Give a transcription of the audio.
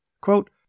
Quote